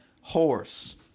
Horse